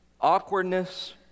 awkwardness